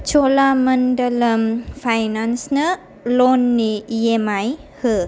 च'लामन्डलाम फाइनान्सनो ल'ननि E M I हो